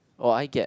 or I get